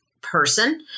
person